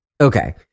Okay